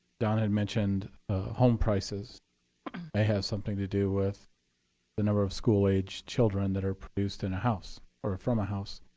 donna had mentioned home prices may have something to do with the number of school age children that are produced in a house or from a house,